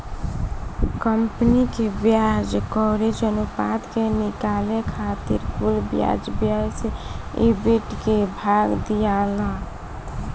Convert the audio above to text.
company के ब्याज coverage अनुपात के निकाले खातिर कुल ब्याज व्यय से ईबिट के भाग दियाला